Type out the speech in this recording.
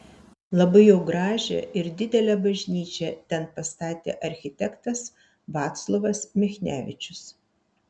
labai jau gražią ir didelę bažnyčią ten pastatė architektas vaclovas michnevičius